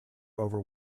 over